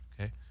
okay